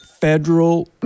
federal